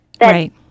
Right